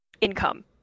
income